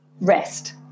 rest